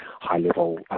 high-level